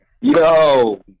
Yo